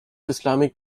islamic